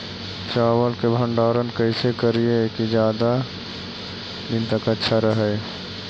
चावल के भंडारण कैसे करिये की ज्यादा दीन तक अच्छा रहै?